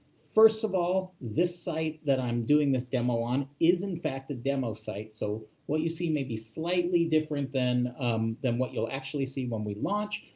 first of all, this site that i'm doing this demo on is in fact the demo site, so what you see may be slightly different than than what you'll actually see when we launch,